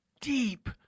deep